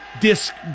disc